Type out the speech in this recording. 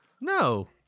No